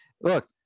Look